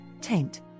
taint